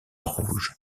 rouge